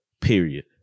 Period